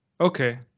okay